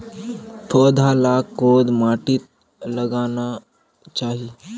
पौधा लाक कोद माटित लगाना चही?